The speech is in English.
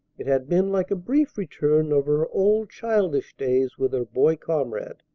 it had been like a brief return of her old childish days with her boy comrade.